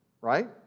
right